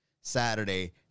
Saturday